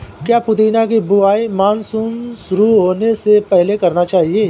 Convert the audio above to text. क्या पुदीना की बुवाई मानसून शुरू होने से पहले करना चाहिए?